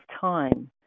time